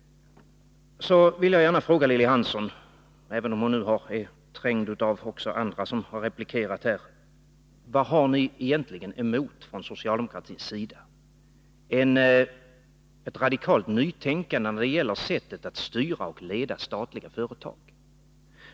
Jag vill gärna fråga Lilly Hansson, även om hon är trängd av också andra som replikerat här: Vad har ni från socialdemokratins sida egentligen emot ett radikalt nytänkande när det gäller sättet att styra och leda statliga företag?